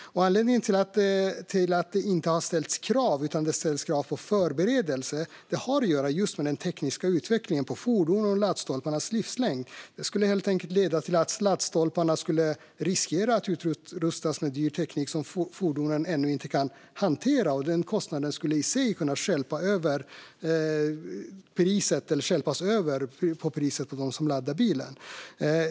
Anledningen till att det har ställts krav på förberedelse och inte andra krav har att göra just med den tekniska utvecklingen på fordon och laddstolparnas livslängd. Det skulle helt enkelt kunna leda till att laddstolparna riskerar att utrustas med dyr teknik som fordonen ännu inte kan hantera, och den kostnaden skulle i sig kunna stjälpas över på priset för dem som laddar bilen.